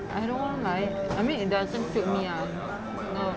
I don't want like I mean it doesn't suit me lah now